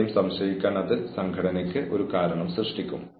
അതിനാൽ അന്വേഷണം ഉടൻ ആരംഭിക്കണം